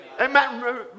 Amen